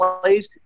plays